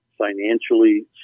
financially